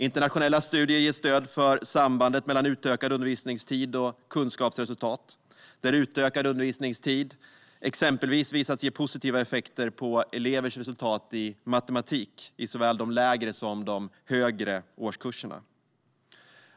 Internationella studier ger stöd för sambandet mellan utökad undervisningstid och kunskapsresultat, där utökad undervisningstid exempelvis visats ge positiva effekter på elevers resultat i matematik i såväl de lägre som de högre årskurserna.